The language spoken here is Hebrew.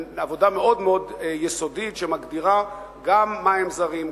זו עבודה מאוד מאוד יסודית שמגדירה מה הם זרים,